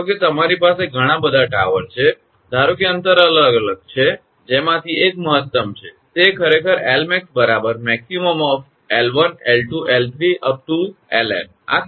ધારો કે તમારી પાસે ઘણા બધા ટાવર છે ધારો કે અંતર અલગ અલગ છે જેમાંથી એક મહત્તમ છે તે ખરેખર 𝐿𝑚𝑎𝑥 max𝐿1 𝐿2 𝐿3 𝐿𝑛 છે